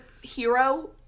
Hero